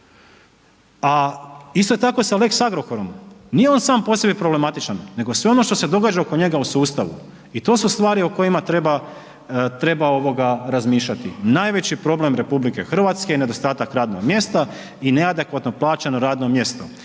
a isto tako sa lex Agrokorom nije on sam po sebi problematičan nego sve ono što se događa oko njega u sustavu. I to su stvari o kojima treba, treba ovoga razmišljati. Najveći problem RH je nedostatak radnog mjesta i neadekvatno plaćeno radno mjesto.